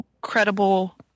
credible